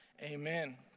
Amen